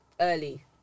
early